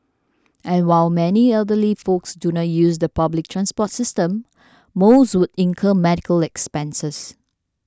and while many elderly folks do not use the public transport system most would incur medical expenses